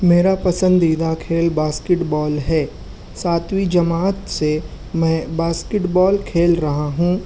میرا پسندیدہ کھیل باسکٹ بال ہے ساتویں جماعت سے میں باسکٹ بال کھیل رہا ہوں